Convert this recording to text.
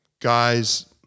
guys